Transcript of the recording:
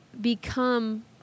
become